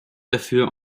dafür